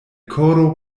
koro